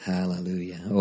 Hallelujah